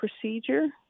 procedure